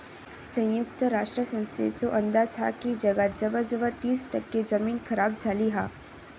संयुक्त राष्ट्र संस्थेचो अंदाज हा की जगात जवळजवळ तीस टक्के जमीन खराब झाली हा